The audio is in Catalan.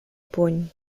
puny